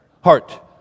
heart